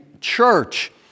church